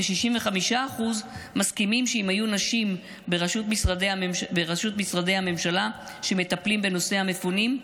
65% מסכימים שאם היו נשים בראשות משרדי הממשלה שמטפלים בנושא המפונים,